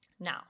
Now